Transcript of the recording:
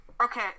okay